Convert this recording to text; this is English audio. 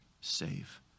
save